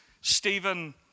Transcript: Stephen